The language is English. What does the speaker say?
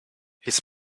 his